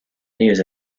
news